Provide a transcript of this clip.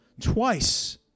Twice